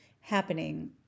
happening